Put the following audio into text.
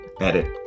Edit